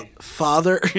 Father